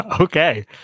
Okay